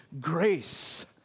grace